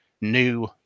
new